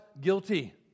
guilty